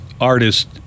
artist